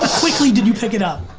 quickly did you pick it up?